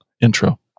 intro